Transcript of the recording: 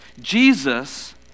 Jesus